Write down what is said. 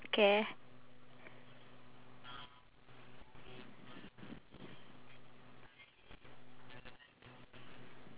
exercise so I feel like we can eat anything we want and drink however sweet the level of sugar is but